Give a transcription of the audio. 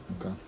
okay